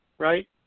right